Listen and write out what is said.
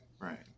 right